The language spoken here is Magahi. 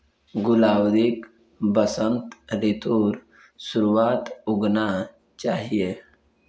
गुलाउदीक वसंत ऋतुर शुरुआत्त उगाना चाहिऐ